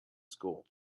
school